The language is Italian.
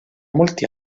molti